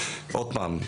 עוד פעם,